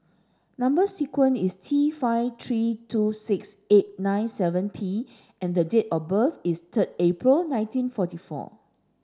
number sequence is T five three two six eight nine seven P and the date of birth is third April nineteen forty four